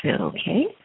Okay